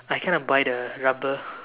I kind of bite the rubber